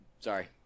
Sorry